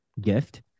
gift